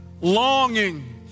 longing